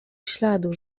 śladu